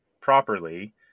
properly